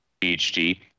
PhD